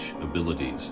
abilities